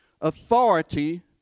authority